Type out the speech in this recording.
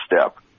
step